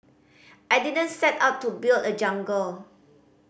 I didn't set out to build a jungle